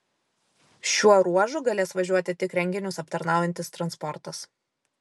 šiuo ruožu galės važiuoti tik renginius aptarnaujantis transportas